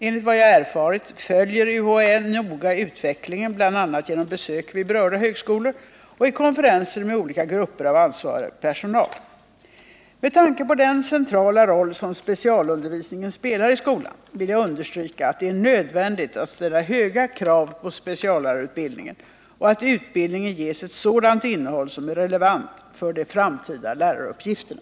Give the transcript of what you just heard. Enligt vad jag erfarit följer UHÄ noga utvecklingen, bl.a. genom besök vid berörda högskolor och i konferenser med olika grupper av ansvarig personal. Med tanke på den centrala roll som specialundervisningen spelar i skolan vill jag understryka att det är nödvändigt att ställa höga krav på speciallärarutbildningen och att utbildningen ges ett sådant innehåll som är relevant för de framtida läraruppgifterna.